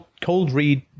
Cold-read